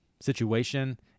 situation